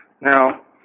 Now